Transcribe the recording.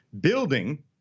building